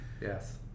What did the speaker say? yes